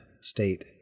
State